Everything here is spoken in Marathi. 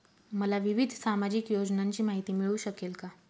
मला विविध सामाजिक योजनांची माहिती मिळू शकेल का?